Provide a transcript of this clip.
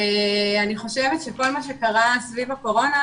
אני חושבת שכל מה שקרה סביב הקורונה,